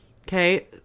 Okay